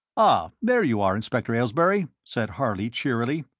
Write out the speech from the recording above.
ah, there you are, inspector aylesbury, said harley, cheerily.